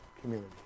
community